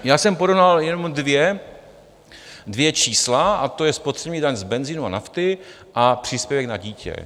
Já jsem porovnal jenom dvě, dvě čísla, a to je spotřební daň z benzinu a nafty a příspěvek na dítě.